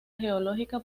geológica